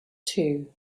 two